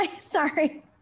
Sorry